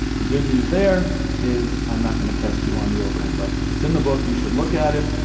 the good news there is i'm not going to test you on the overhead budget. it's in the book. you should look at it,